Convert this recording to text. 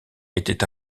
était